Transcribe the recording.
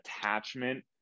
attachment